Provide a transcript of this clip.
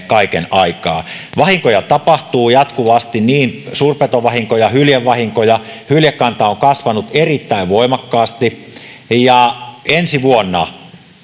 kaiken aikaa vahinkoja tapahtuu jatkuvasti niin suurpetovahinkoja kuin hyljevahinkoja hyljekanta on kasvanut erittäin voimakkaasti ja ensi vuonna